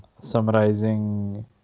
summarizing